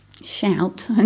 shout